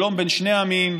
שלום בין שני עמים,